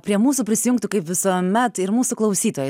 prie mūsų prisijungtų kaip visuomet ir mūsų klausytojai